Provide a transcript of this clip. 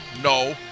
No